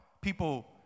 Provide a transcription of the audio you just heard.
people